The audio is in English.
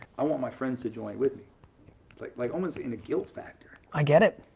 i want my friends to join it with me. like like almost in a guilt factor. i get it.